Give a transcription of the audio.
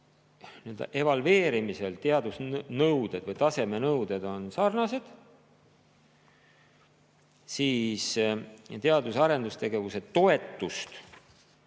evalveerimisel teadusnõuded või tasemenõuded on sarnased, saavad teadus- ja arendustegevuse toetust